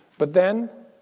but then,